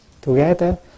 together